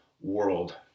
world